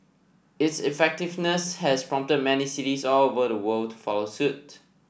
its effectiveness has prompted many cities all over the world follow suit